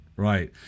Right